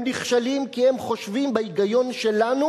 הם נכשלים כי הם חושבים בהיגיון שלנו